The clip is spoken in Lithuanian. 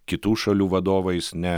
kitų šalių vadovais ne